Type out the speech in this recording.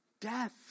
death